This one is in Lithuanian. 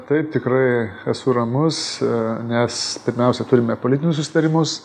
taip tikrai esu ramus ir nes pirmiausia turime politinius susitarimus